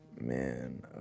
Man